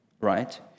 right